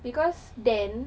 because dan